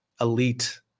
Elite